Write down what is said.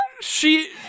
She-